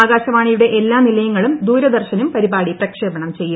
ആകാശവാണിയുടെ എല്ലാ നിലയങ്ങളും ദൂരദർശനും പരിപാടി പ്രക്ഷേപണം ചെയ്യും